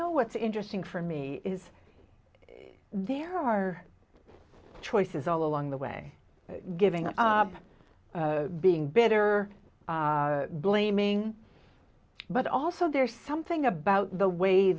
know what's interesting for me is there are choices all along the way giving up being better blaming but also there's something about the way